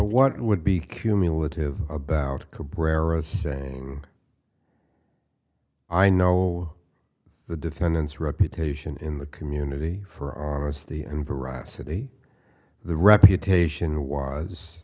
what would be cumulative about comparison i know the defendant's reputation in the community for honesty and veracity the reputation was